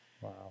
Wow